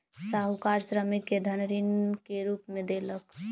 साहूकार श्रमिक के धन ऋण के रूप में देलक